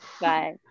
bye